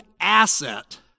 asset